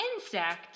insect